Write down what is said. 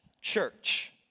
church